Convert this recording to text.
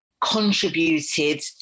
contributed